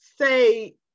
say